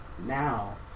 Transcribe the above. Now